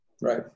right